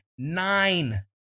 nine